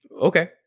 okay